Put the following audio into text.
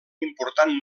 important